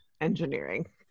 engineering